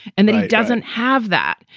and then it doesn't have that.